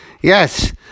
Yes